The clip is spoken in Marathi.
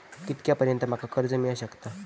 कितक्या पर्यंत माका कर्ज मिला शकता?